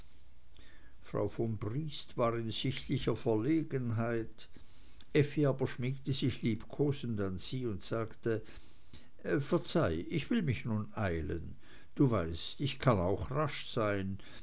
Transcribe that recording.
frau von briest war in sichtlicher verlegenheit effi aber schmiegte sich liebkosend an sie und sagte verzeih ich will mich nun eilen du weißt ich kann auch rasch sein